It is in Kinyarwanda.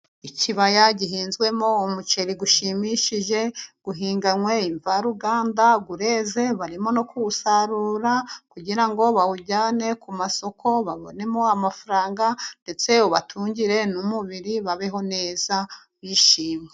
Ikibaya gihinzwemo umuceri ushimishije uhinganywe imvaruganda, ureze barimo no kuwusarura kugira ngo bawujyane ku masoko babonemo amafaranga ndetse ubatungire n'umubiri babeho neza bishimye.